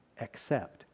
accept